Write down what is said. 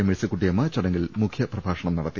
മേഴ്സിക്കുട്ടിയമ്മ ചടങ്ങിൽ മുഖ്യ പ്രഭാഷണം നടത്തി